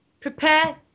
prepare